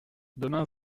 demain